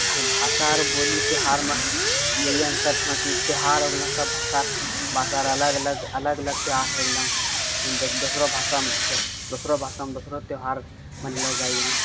आ भाषा बोली त्यौहारमे यही अन्तर छौँ कि त्यौहार हो गेलौँ सभभाषा भाषा र अलग अलग अलग अलग त्यौहार हो गेलौँ दोसरो भाषामे छौँ दोसरो भाषामे दोसरो त्यौहार मनेलो जाइयँ